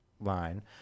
line